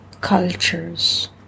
cultures